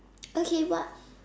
okay what